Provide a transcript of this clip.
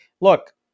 look